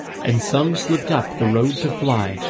and some slipped up the road to fly,